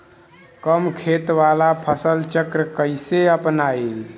कम खेत वाला फसल चक्र कइसे अपनाइल?